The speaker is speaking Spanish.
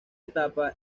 etapa